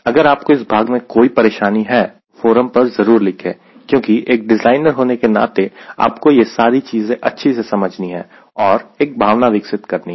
अगर आपको इस भाग में कोई परेशानी है तो फोरम पर जरूर लिखें क्योंकि एक डिज़ाइनर होने के नाते आपको यह सारी चीजें अच्छे से समझनी है और एक भावना विकसित करनी है